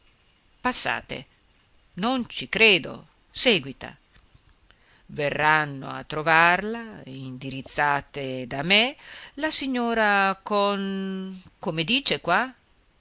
passate non ci credo seguita verranno a trovarla indirizzate da me la signora con come dice qua